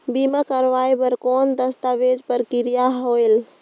बीमा करवाय बार कौन दस्तावेज प्रक्रिया होएल?